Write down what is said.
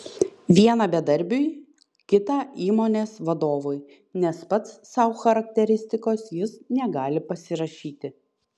vieną bedarbiui kitą įmonės vadovui nes pats sau charakteristikos jis negali pasirašyti